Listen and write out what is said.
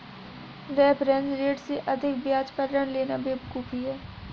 reference rate से अधिक ब्याज पर ऋण लेना बेवकूफी है